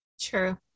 True